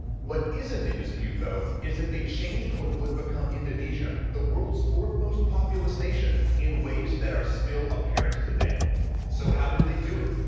what isn't in dispute though, is that they changed what would become indonesia. the world's fourth most populous nation, in ways that are still apparent today so how did they do? well,